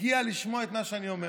הגיע לשמוע את מה שאני אומר.